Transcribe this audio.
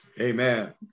Amen